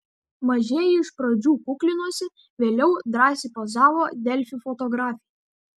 mažieji iš pradžių kuklinosi vėliau drąsiai pozavo delfi fotografei